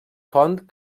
font